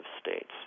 states